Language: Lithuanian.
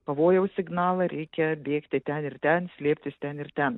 pavojaus signalą reikia bėgti ten ir ten slėptis ten ir ten